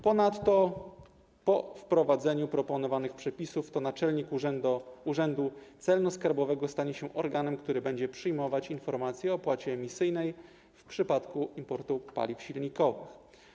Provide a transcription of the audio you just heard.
Ponadto po wprowadzeniu proponowanych przepisów to naczelnik urzędu celno-skarbowego stanie się organem, który będzie przyjmować informacje o opłacie emisyjnej w przypadku importu paliw silnikowych.